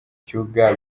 kibuga